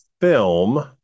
film